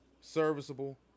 serviceable